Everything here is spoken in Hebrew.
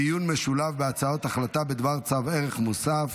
דיון משולב בהצעות החלטה בדבר צו ערך מוסף.